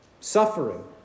Suffering